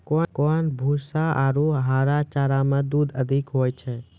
कोन भूसा आरु हरा चारा मे दूध अधिक होय छै?